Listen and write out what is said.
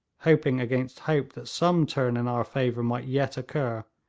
hoping against hope that some turn in our favour might yet occur,